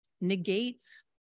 negates